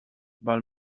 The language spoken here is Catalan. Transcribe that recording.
val